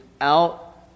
out